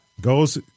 Goes